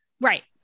right